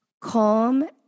calm